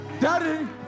Daddy